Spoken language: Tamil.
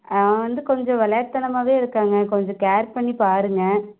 அவன் வந்து கொஞ்சம் விளையாட்டு தனமாவே இருக்காங்க கொஞ்சம் கேர் பண்ணிப்பாருங்க